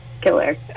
killer